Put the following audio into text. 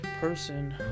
person